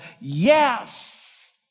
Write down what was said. yes